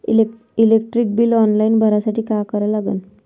Electric bill online भरासाठी का करा लागन?